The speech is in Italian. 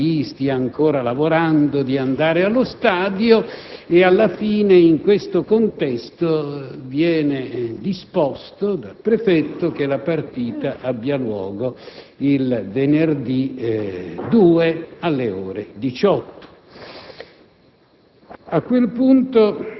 alle ore 15 non permette a chi stia ancora lavorando di andare allo stadio. Alla fine, in questo contesto, viene disposto dal Prefetto che la partita abbia luogo il venerdì 2 febbraio alle ore 18.